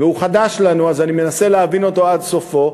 והוא חדש לנו אז אני מנסה להבין אותו עד סופו,